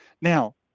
Now